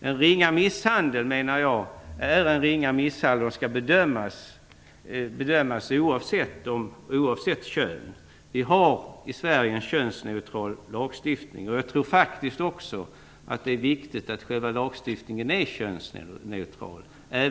En ringa misshandel, menar jag, är en ringa misshandel och skall bedömas som en sådan oavsett offrets kön. Vi har i Sverige en könsneutral lagstiftning, och jag tror faktiskt att det, även för jämställdhetsarbetet, är viktigt att själva lagstiftningen är könsneutral.